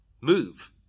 move